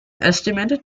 estimated